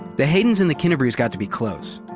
the haydens and the kinnebrews got to be close.